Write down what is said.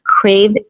crave